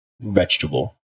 vegetable